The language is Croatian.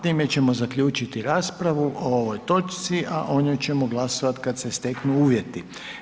Time ćemo zaključiti raspravu o ovoj točci, a o njoj ćemo glasovati kad se steknu uvjeti.